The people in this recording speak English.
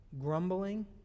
grumbling